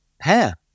hair